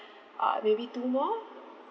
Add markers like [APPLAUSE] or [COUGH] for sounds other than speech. [BREATH] uh maybe two more